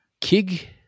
Kig